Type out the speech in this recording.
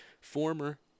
Former